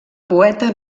poeta